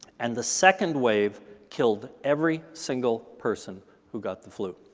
and the second wave killed every single person who got the flu.